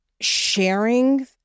sharing